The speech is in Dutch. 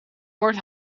kort